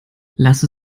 lass